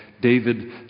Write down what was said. David